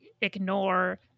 ignore